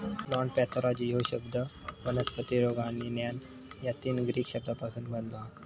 plant pathology ह्यो शब्द वनस्पती रोग आणि ज्ञान या तीन ग्रीक शब्दांपासून बनलो हा